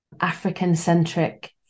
African-centric